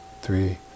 three